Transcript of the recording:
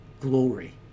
glory